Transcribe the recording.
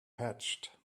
hatched